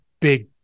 big